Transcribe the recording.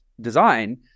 design